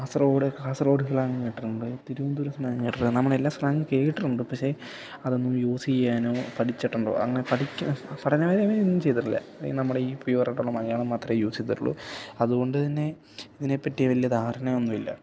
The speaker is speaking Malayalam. കാസർഗോഡ് കാസർഗോഡ് സ്ലാങ് കേറ്റിട്ടുണ്ട് തിരുവനന്തപുരം സ്ലാങ്ങ കേട്ടിട്ടുണ്ട് നമ്മൾ എല്ലാ സ്ലാങ്ങും കേട്ടിട്ടുണ്ട് പക്ഷേ അതൊന്നും യൂസിയാനോ പഠിച്ചിട്ടുണ്ടോ അങ്ങനെ പഠിക്കാൻ പഠനവരെ ഒന്നും ചെയ്തിട്ടില്ല നമ്മുടെ ഈ പ്യുവറായിട്ടുള്ള മലയാളം മാത്രമേ യൂസ് ചെയ്തിട്ടുള്ളൂ അതുകൊണ്ട് തന്നെ ഇതിനെപ്പറ്റി വലിയ ധാരണ ഒന്നുമില്ല